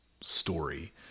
story